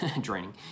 draining